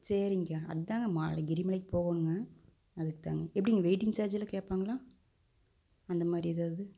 சரிங்க்கா அதாங்க மா கிரி மலைக்கு போகணுங்க அதுக்கு தாங்க எப்படிங்க வெயிட்டிங் சார்ஜிலாம் கேட்பாங்களா அந்த மாதிரி ஏதாவது